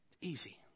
Easy